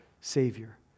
Savior